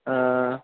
ആ